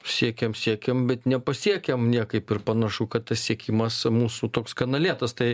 siekiam siekiam bet nepasiekiam niekaip ir panašu kad tas siekimas mūsų toks gana lėtas tai